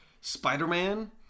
Spider-Man